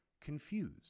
confused